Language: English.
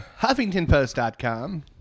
HuffingtonPost.com